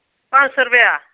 पंज सौ रपेऽ